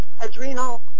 adrenal –